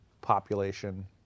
population